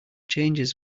changes